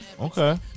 Okay